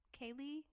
Kaylee